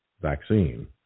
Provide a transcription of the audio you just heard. vaccine